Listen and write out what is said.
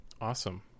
Awesome